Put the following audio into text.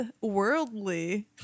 worldly